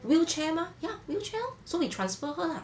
wheelchair mah ya wheelchair lor so we transfer her lah